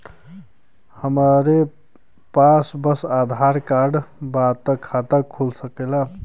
हमरे पास बस आधार कार्ड बा त खाता खुल सकेला?